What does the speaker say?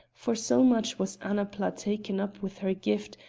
for so much was annapla taken up with her gift,